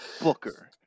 Booker